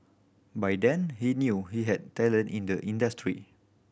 by then he knew he had talent in the industry